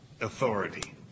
authority